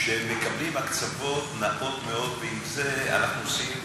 שמקבלים הקצבות נאות מאוד, ועם זה עושים